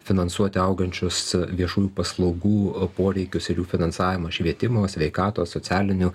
finansuoti augančius viešųjų paslaugų poreikius ir jų finansavimą švietimo sveikatos socialinių